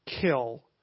kill